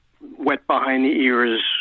wet-behind-the-ears